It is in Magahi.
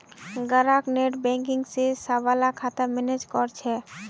ग्राहक नेटबैंकिंग स सबला खाता मैनेज कर छेक